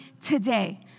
today